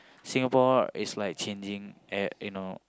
Singapore is like changing at you know